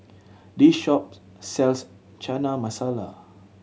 this shop sells Chana Masala